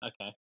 Okay